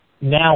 now